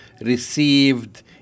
received